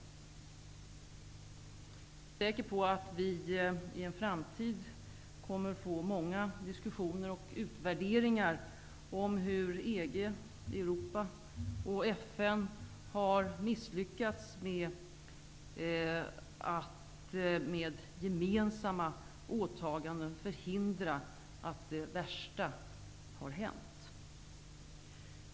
Jag är säker på att vi i en framtid kommer att få många diskussioner och utvärderingar av hur EG, Europa och FN har misslyckats med att med gemensamma åtaganden förhindra det värsta som har hänt.